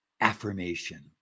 affirmation